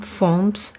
forms